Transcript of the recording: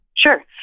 Sure